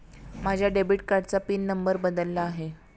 माझ्या डेबिट कार्डाचा pin number बदलला आहे